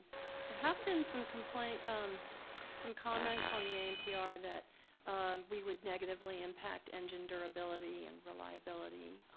there have been some complaint um some comments on the anpr that we would negatively impact engine durability and reliability,